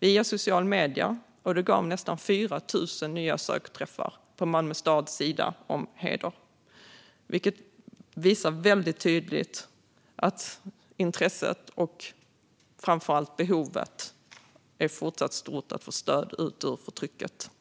Detta gav nästan 4 000 nya sökträffar på Malmö stads sida om heder, vilket tydligt visar att intresset för och framför allt behovet av stöd ut ur förtrycket fortsätter att vara stort.